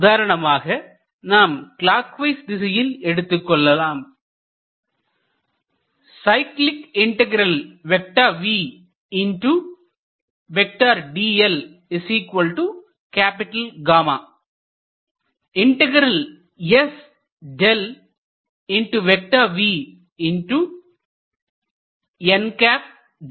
உதாரணமாக நாம் clockwise திசையில் எடுத்துக்கொள்வோம்